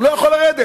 הוא לא יכול לרדת.